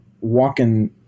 walking